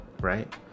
right